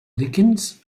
líquens